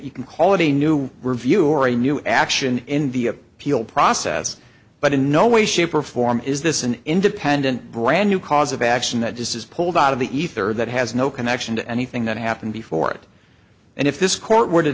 you can call it a new review or a new action in the of appeal process but in no way shape or form is this an independent brand new cause of action that this is pulled out of the ether that has no connection to anything that happened before it and if this court were